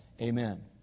Amen